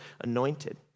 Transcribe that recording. anointed